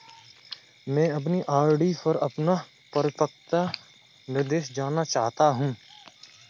मैं अपनी आर.डी पर अपना परिपक्वता निर्देश जानना चाहता हूँ